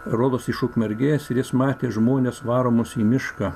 rodos iš ukmergės ir jis matė žmones varomus į mišką